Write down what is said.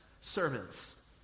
servants